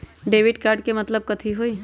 Debit card के मतलब कथी होई?